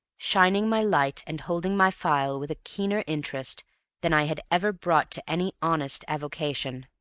shining my light and holding my phial with a keener interest than i had ever brought to any honest avocation.